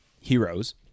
heroes